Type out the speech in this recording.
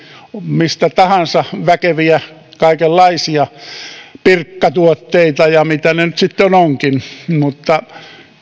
mistä tahansa kaikenlaisia väkeviä pirkka tuotteita ja mitä ne nyt sitten ovatkin mutta sitä